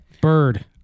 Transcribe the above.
Bird